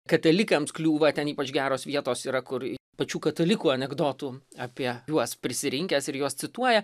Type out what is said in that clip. katalikams kliūva ten ypač geros vietos yra kur pačių katalikų anekdotų apie juos prisirinkęs ir juos cituoja